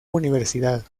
universidad